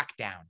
lockdown